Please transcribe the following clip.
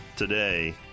today